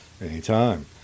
Anytime